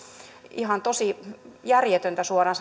ihan tosi järjetöntä suoraan